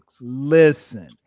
Listen